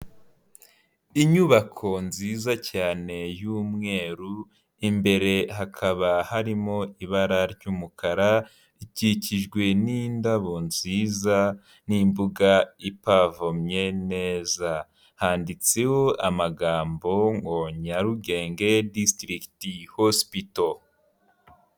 Inyubako nziza cyane y'mweru, imbere hakaba harimo ibara ry'umukara ikikijwe n'indabo nziza, n'imbuga ipavomye neza handitseho amagambo ngo nyarugenge disitirigiti hosipito.